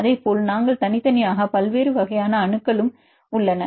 அதேபோல் நாங்கள் தனித்தனியாக பல்வேறு வகையான அணுக்களும் உங்களிடம் உள்ளன